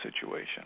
situation